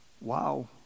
wow